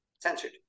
censored